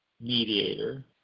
mediator